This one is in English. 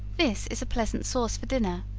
this is a pleasant sauce for dinner,